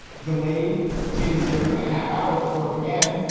delayed today's hearing a half hour before it began.